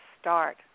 start